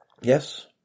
Yes